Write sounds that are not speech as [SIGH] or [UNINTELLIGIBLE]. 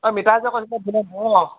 [UNINTELLIGIBLE]